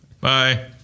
Bye